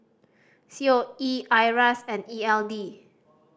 C O E IRAS and E L D